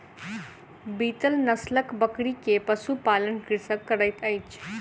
बीतल नस्लक बकरी के पशु पालन कृषक करैत अछि